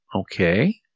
Okay